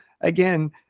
Again